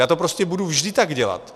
Já to prostě budu vždy tak dělat.